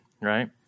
right